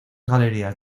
galerías